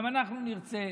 גם אנחנו נרצה